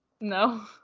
No